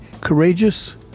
courageous